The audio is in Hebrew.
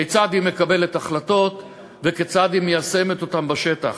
כיצד היא מקבלת החלטות וכיצד היא מיישמת אותן בשטח.